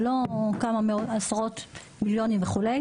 זה לא כמה עשרות מיליונים וכו'.